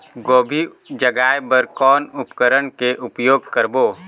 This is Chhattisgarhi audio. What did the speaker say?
गोभी जगाय बर कौन उपकरण के उपयोग करबो?